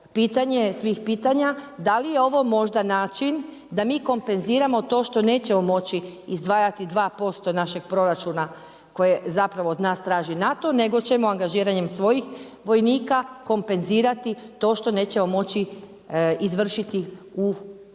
pitanje svih pitanja da li je ovo možda način da mi kompenziramo to što nećemo moći izdvajati 2% našeg proračuna koje zapravo od nas traži NATO nego ćemo angažiranjem svojih vojnika kompenzirati to što nećemo moći izvršiti u